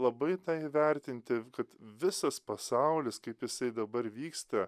labai tą įvertinti kad visas pasaulis kaip jisai dabar vyksta